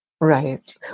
Right